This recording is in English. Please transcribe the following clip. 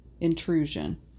Intrusion